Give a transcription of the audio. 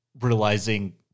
realizing